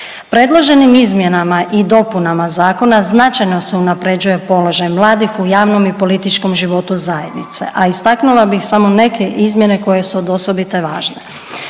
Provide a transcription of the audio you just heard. Predloženim izmjenama i dopunama zakona značajno se unaprjeđuje položaj mladih u javnom i političkom životu zajednice, a istaknula bih samo neke izmjene koje su od osobite važne.